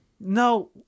No